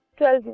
12